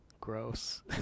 gross